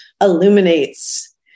illuminates